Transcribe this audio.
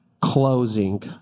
closing